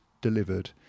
delivered